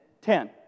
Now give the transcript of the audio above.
ten